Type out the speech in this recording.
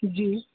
ਜੀ